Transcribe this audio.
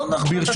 כך